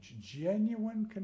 Genuine